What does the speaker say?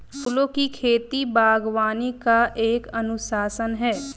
फूलों की खेती, बागवानी का एक अनुशासन है